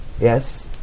Yes